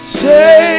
say